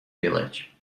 village